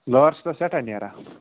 لٲر چھِ مےٚ سٮ۪ٹھاہ نیران